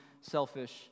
selfish